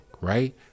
right